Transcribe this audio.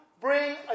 bring